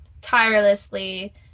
tirelessly